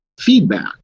feedback